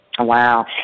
Wow